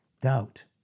Doubt